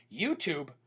YouTube